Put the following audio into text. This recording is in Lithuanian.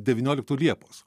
devynioliktų liepos